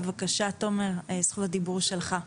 בבקשה עומר, זכות הדיבור שלך.